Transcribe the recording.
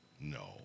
No